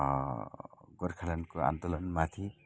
गोर्खाल्यान्डको आन्दोलनमाथि